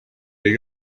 you